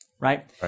right